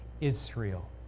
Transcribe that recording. Israel